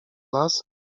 las